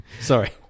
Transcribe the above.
Sorry